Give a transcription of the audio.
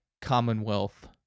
Commonwealth